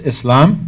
Islam